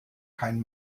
kein